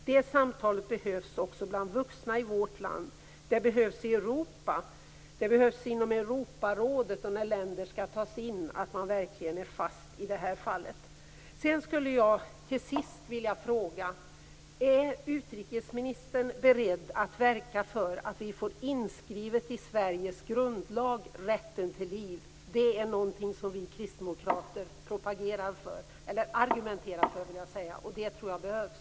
Det samtalet behövs också bland vuxna i vårt land. Det behövs i Europa. Man behöver vara fast i fråga om detta inom Europarådet när nya länder skall tas in. Till sist skulle jag vilja fråga: Är utrikesministern beredd att verka för att vi får rätten till liv inskriven i Sveriges grundlag? Det är någonting som vi kristdemokrater propagerar för, eller argumenterar för. Det tror jag behövs.